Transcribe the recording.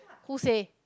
who say